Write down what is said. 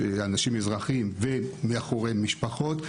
שיש אזרחים ומאחוריהם משפחות,